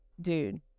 dude